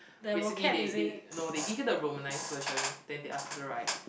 basically they they no they give you the romanised version then they ask you to write